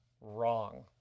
wrong